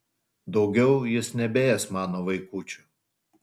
daugiau jis nebeės mano vaikučių